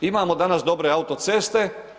Imamo danas dobre autoceste.